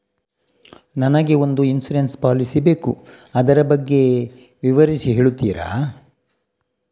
ನನಗೆ ಒಂದು insurance policy ಬೇಕು ಅದರ ಬಗ್ಗೆ ವಿವರಿಸಿ ಹೇಳುತ್ತೀರಾ?